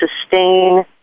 sustain